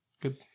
good